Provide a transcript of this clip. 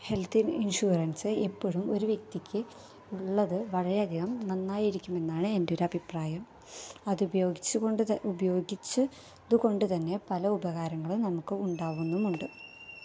health insurance എപ്പഴും ഒര് വ്യക്തിക്ക് ഉള്ളത് വളരെയധികം നന്നായിരിക്കുമെന്നാണ് എൻ്റെ ഒരഭിപ്രായം അതുപയോഗിച്ച് കൊണ്ട്ത ഉപയോഗിച്ചത് കൊണ്ട്തന്നെ പല ഉപഹാരങ്ങളും നമുക്ക് ഉണ്ടാകുന്നുമുണ്ട്